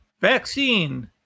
vaccine